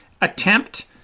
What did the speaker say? attempt